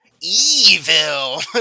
evil